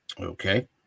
okay